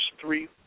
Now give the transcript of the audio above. three